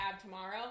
tomorrow